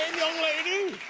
lady.